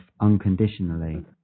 unconditionally